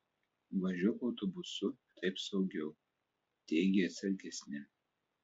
važiuok autobusu taip saugiau teigė atsargesni